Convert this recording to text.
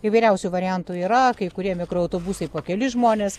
įvairiausių variantų yra kai kurie mikroautobusai po kelis žmones